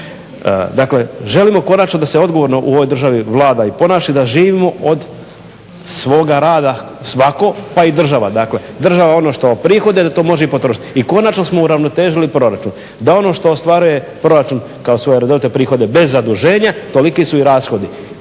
Dakle želimo konačno da se odgovorno u ovoj državi Vlada i ponaša i da živimo od svoga rada svatko pa i država, dakle država ono što oprihodi da to može i potrošiti. I konačno smo uravnotežili proračun, da ono što ostvaruje proračun kao svoja redovite prihode bez zaduženja, toliki su i rashodi.